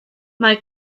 mae